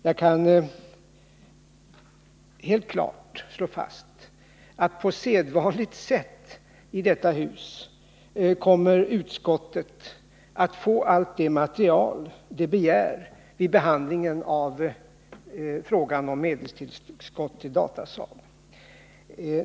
Jag kan helt klart slå fast att utskottet på det sätt som är sedvanligt i detta hus kommer att få allt det material det begär vid behandlingen av frågan om medelstillskott till Datasaab.